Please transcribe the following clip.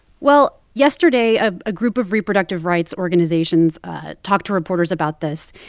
well, yesterday, a ah group of reproductive rights organizations talked to reporters about this.